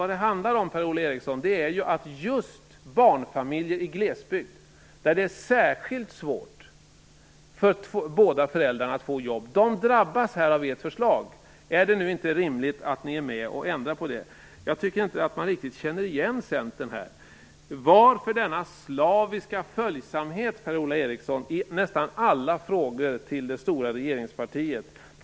Vad det handlar om, Per-Ola Eriksson, är att just barnfamiljer i glesbygd, där det är särskilt svårt för båda föräldrarna att få jobb, drabbas av ert förslag. Är det inte rimligt att ni är med och ändrar på det? Man känner inte riktigt igen Centern här. Varför denna slaviska följsamhet till det stora regeringspartiet, Per-Ola Eriksson, i nästan alla frågor?